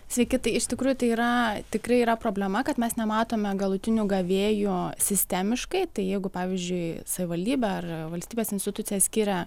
sveiki tai iš tikrųjų tai yra tikrai yra problema kad mes nematome galutinių gavėjų sistemiškai tai jeigu pavyzdžiui savivaldybė ar valstybės institucija skiria